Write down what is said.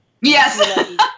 Yes